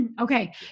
Okay